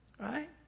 right